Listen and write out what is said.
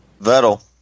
vettel